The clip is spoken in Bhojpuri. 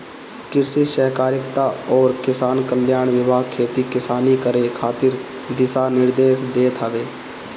कृषि सहकारिता अउरी किसान कल्याण विभाग खेती किसानी करे खातिर दिशा निर्देश देत हवे